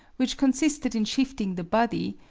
which consisted in shifting the body,